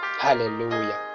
hallelujah